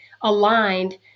aligned